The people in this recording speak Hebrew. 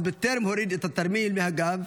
עוד טרם הוריד את התרמיל מהגב,